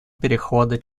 перехода